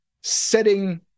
setting